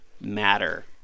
matter